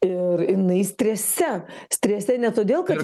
ir jinai strese strese ne todėl kad